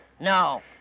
No